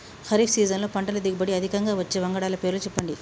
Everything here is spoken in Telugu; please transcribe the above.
ఖరీఫ్ సీజన్లో పంటల దిగుబడి అధికంగా వచ్చే వంగడాల పేర్లు చెప్పండి?